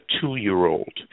two-year-old